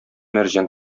мәрҗән